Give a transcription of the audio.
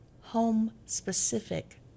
home-specific